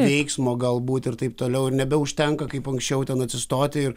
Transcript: veiksmo galbūt ir taip toliau ir nebeužtenka kaip anksčiau ten atsistoti ir